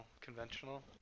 conventional